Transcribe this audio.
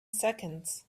seconds